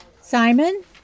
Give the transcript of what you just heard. Simon